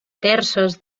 terces